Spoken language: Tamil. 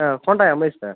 ah Honda MI sir